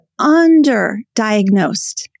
underdiagnosed